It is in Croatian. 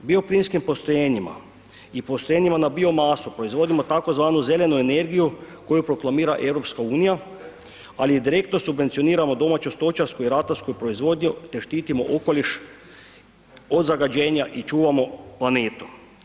Bioplinskim postrojenjima i postrojenjima na biomasu proizvodimo tzv. zelenu energiju koju proklamira EU ali i direktno subvencioniramo domaću stočarsku i ratarsku proizvodnju te štitimo okoliš od zagađenja i čuvamo planetu.